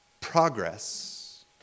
Progress